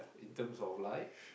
in terms of life